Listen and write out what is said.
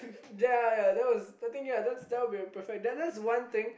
ya ya that was I think ya that that will be a perfect that that's one thing